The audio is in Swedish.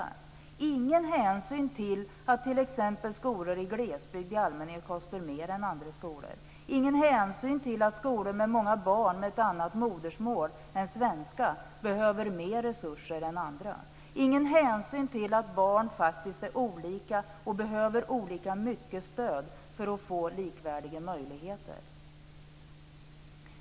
Det tas ingen hänsyn till att skolor i glesbygd i allmänhet kostar mer än andra skolor. Det tas ingen hänsyn till att skolor med många barn med annat modersmål än svenska behöver mer resurser än andra. Det tas ingen hänsyn till att barn är olika och behöver olika mycket stöd för att få likvärdiga möjligheter.